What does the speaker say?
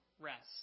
rest